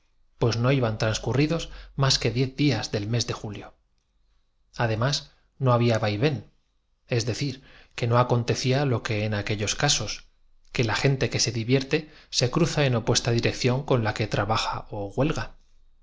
pues no iban transcurridos más que diez días del mes ques tejados obeliscos columnas arcos conmemo de julio además no había vaivén es decir que no rativos observatorios pozos artesianos cúpulas pa acontecía lo que en aquellos casos que la gente que rarrayos cuanto ofrecía una elevación había sido se divierte se cruza en opuesta dirección con la que